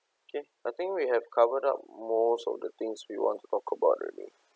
okay I think we have covered up most of the things we want to talk about already